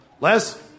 Les